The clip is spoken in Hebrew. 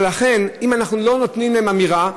ולכן, אם אנחנו לא נותנים להם אמירה,